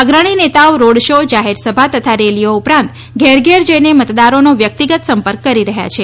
અગ્રણી નેતાઓ road show જાહેરસભા તથા રેલીઓ ઉપરાંત ઘેર ઘેર જઇને મતદારોનો વ્યક્તિગત સંપર્ક કરી રહ્યા છે